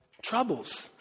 Troubles